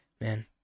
man